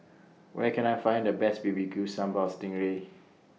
Where Can I Find The Best B B Q Sambal Sting Ray